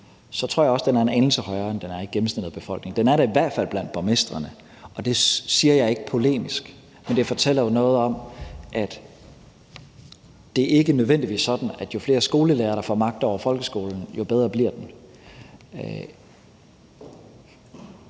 tror jeg også, den er en anelse højere, end den er i gennemsnittet af befolkningen. Den er det i hvert fald blandt borgmestrene. Og det siger jeg ikke polemisk, men det fortæller jo noget om, at det ikke nødvendigvis er sådan, at jo flere skolelærere, der får magt over folkeskolen, jo bedre bliver den.